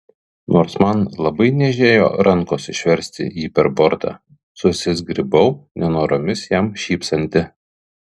nors man labai niežėjo rankos išversti jį per bortą susizgribau nenoromis jam šypsanti